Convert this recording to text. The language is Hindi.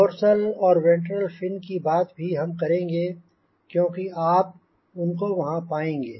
डोर्सल और वेंट्रल फिन की बात भी हम करेंगे क्योंकि आप उनको वहांँ पाएंगे